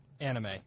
Anime